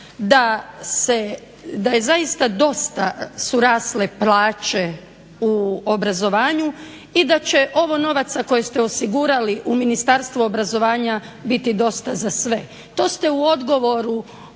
da je zaista dosta su rasle plaće u obrazovanju i da će ovo novaca koje ste osigurali u Ministarstvu obrazovanja biti dosta za sve. To ste u odgovoru